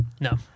No